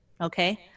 Okay